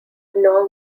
nor